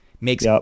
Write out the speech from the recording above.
makes